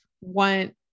want